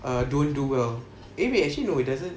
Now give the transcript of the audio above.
err don't do well eh wait actually no it doesn't